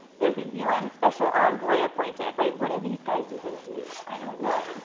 there's a un special envoy appointed, right? what do these guys even do? i don't know,